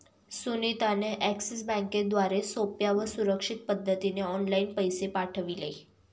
सुनीता ने एक्सिस बँकेद्वारे सोप्या व सुरक्षित पद्धतीने ऑनलाइन पैसे पाठविले